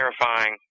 terrifying